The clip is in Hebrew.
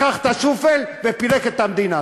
לקח את השופל ופירק את המדינה.